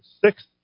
sixth